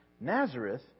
Nazareth